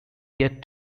yet